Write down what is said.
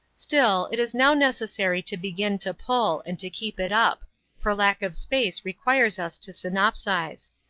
still, it is now necessary to begin to pull, and to keep it up for lack of space requires us to synopsize.